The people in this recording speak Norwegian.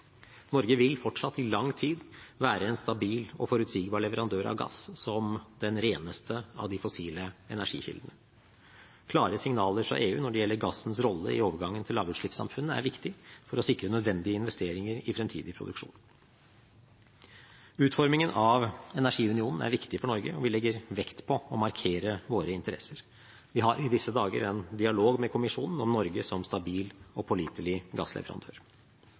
Norge vil fortsatt i lang tid være en stabil og forutsigbar leverandør av gass, som den reneste av de fossile energikildene. Klare signaler fra EU når det gjelder gassens rolle i overgangen til lavutslippssamfunnet, er viktig for å sikre nødvendige investeringer i fremtidig produksjon. Utformingen av energiunionen er viktig for Norge, og vi legger vekt på å markere våre interesser. Vi har i disse dager en dialog med kommisjonen om Norge som stabil og pålitelig gassleverandør.